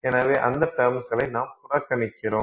எனவே அந்த டெர்ம்ஸ்களை நாம் புறக்கணிக்கிறோம்